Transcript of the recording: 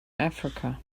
africa